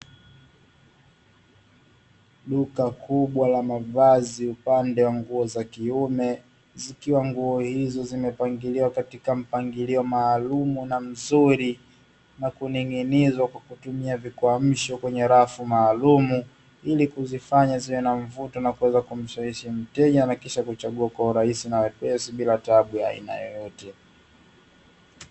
Duka kubwa la mavazi upande wa nguo za kiume zikiwa nguo hizo zimepangiliwa katika mpangilio maalumu na mzuri na kuning'inizwa kwa kutumia vikwamsho kwenye rafu maalumu, ili kuzifanya ziwe na mvuto na kuweza kumshawishi mteja na kisha kuweza kuchagua kwa urahisi na wepesi bila tabu ya aina yoyote.